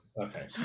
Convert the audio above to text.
Okay